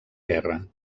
guerra